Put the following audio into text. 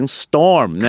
storm